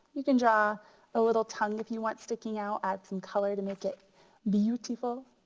you can draw a little tongue if you want sticking out, add some color to make it beautiful.